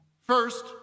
First